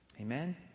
Amen